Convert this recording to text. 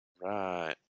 right